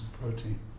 protein